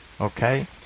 Okay